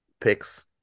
picks